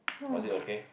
was it okay